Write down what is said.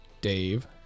Dave